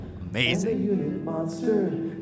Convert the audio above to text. amazing